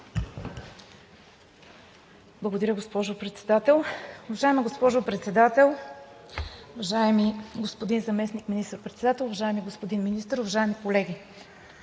Благодаря, госпожо Председател. Уважаема госпожо Председател, уважаеми господин Заместник министър-председател, уважаеми господин Министър, уважаеми колеги!